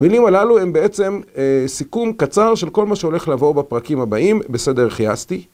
המילים הללו הם בעצם סיכום קצר של כל מה שהולך לבוא בפרקים הבאים בסדר חייסתי